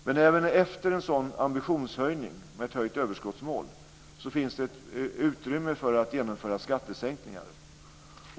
Men även efter en sådan ambitionshöjning, med ett höjt överskottsmål, finns det utrymme för att genomföra skattesänkningar.